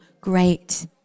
great